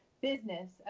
business